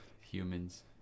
Humans